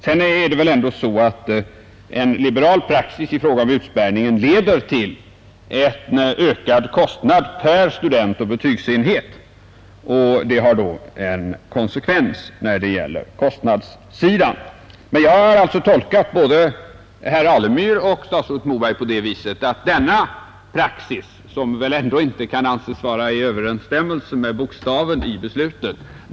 Sedan är det väl ändå så att en liberal praxis i fråga om utspärrningen leder till en ökad kostnad per student och betygsenhet; det får alltså konsekvenser på kostnadssidan. Jag har alltså tolkat både herr Alemyr och statsrådet Moberg på det viset, att de nu är beredda att acceptera denna praxis, som väl ändå inte kan anses stå i överensstämmelse med bokstaven i beslutet.